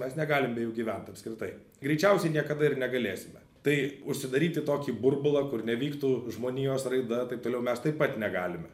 mes negalim be jų gyvent apskritai greičiausiai niekada ir negalėsime tai užsidaryt į tokį burbulą kur nevyktų žmonijos raida taip toliau mes taip pat negalime